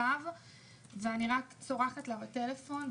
אימא שלי הייתה איתי כל הזמן על הקו ואני רק צורחת לה בטלפון.